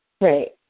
Right